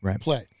play